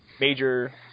major